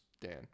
Dan